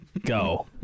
Go